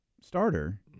starter –